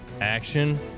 action